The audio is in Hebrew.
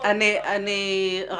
אני רק